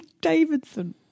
Davidson